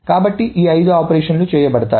కాబట్టి ఈ అయిదు ఆపరేషన్లు చేయబడ్డాయి